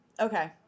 okay